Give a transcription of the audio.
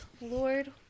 Lord